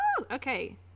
Okay